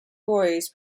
boys